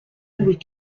louis